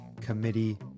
committee